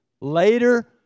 Later